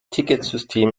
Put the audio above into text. ticketsystem